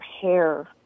hair